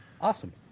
Awesome